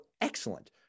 excellent